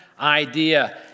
idea